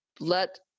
let